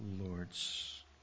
lords